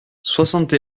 soixante